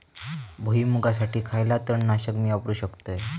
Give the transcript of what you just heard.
भुईमुगासाठी खयला तण नाशक मी वापरू शकतय?